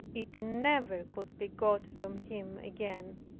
it never could be got from him again.